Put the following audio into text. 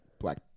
black